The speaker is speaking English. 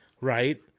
right